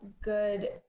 good